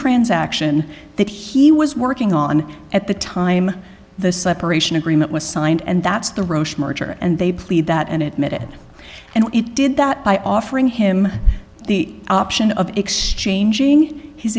transaction that he was working on at the time the separation agreement was signed and that's the roche merger and they plea that an admitted and it did that by offering him the option of exchanging h